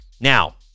Now